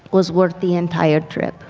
was worth the entire trip.